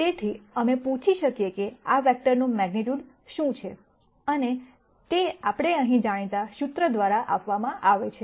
તેથી અમે પૂછી શકીએ કે આ વેક્ટરનું મેગ્નીટ્યૂડ શું છે અને તે આપણે અહીં જાણીતા સૂત્ર દ્વારા આપવામાં આવે છે